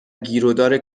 گیرودار